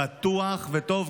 בטוח וטוב,